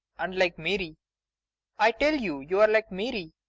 and like mary i tell you, you're like mary.